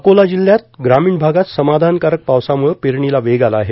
अकोला जिल्ह्यात ग्रामीण भागात समाधानकारक पावसामुळं पेरणीला वेग आला आहे